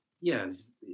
Yes